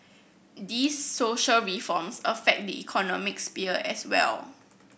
these social reforms affect the economic sphere as well